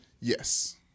Yes